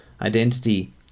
Identity